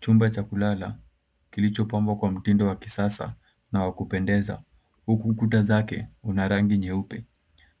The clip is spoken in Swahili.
Chumba cha kulala kilichopambwa kwa mtindo wa kisasa na wa kuendeza, huku kuta zake kuna rangi nyeupe.